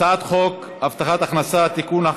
הצעת חוק הבטחת הכנסה (תיקון,